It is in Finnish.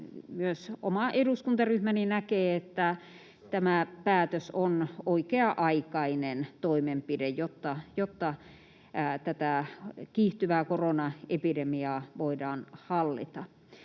myös oma eduskuntaryhmäni näkee, että tämä päätös on oikea-aikainen toimenpide, jotta tätä kiihtyvää koronaepidemiaa voidaan hallita.